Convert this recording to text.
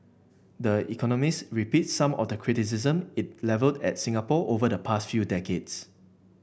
the Economist repeats some of the criticism it levelled at Singapore over the past few decades